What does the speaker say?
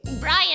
Brian